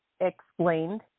explained